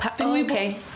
okay